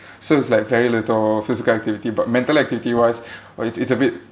so it's like very little physical activity but mental activity wise w~ it's it's a bit